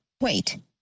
wait